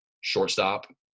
shortstop